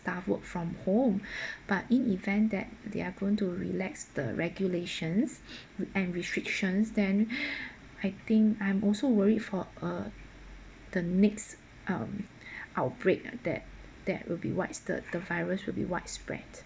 staff work from home but in event that they're going to relax the regulations and restrictions then I think I'm also worried for uh the next um outbreak that that will be what is the the virus will be widespread